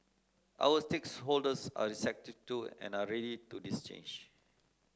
our stakeholders are receptive to and are ready for this change